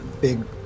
big